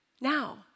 Now